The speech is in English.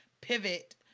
pivot